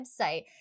website